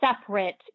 separate